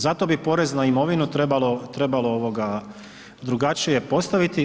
Zato bi porez na imovinu trebalo, trebalo ovoga drugačije postaviti.